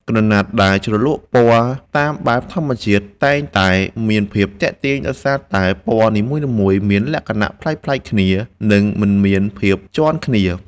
ក្រណាត់ដែលជ្រលក់ពណ៌តាមបែបធម្មជាតិ តែងតែមានភាពទាក់ទាញដោយសារតែពណ៌នីមួយៗមានលក្ខណៈប្លែកៗគ្នា និង មិនមានភាពជាន់គ្នា។